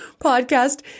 podcast